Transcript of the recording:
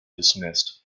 dismissed